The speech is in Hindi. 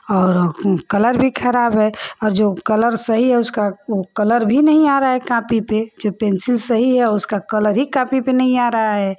और कलर भी ख़राब है और जो कलर सही है उसका वह कलर भी नहीं आ रहा है कापी पर जब पेन्सिल सही है उसका कलर ही कॉपी पर नहीं आ रहा है